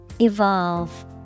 Evolve